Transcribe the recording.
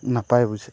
ᱱᱟᱯᱟᱭ ᱵᱩᱡᱷᱟᱹᱜᱼᱟ